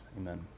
Amen